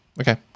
okay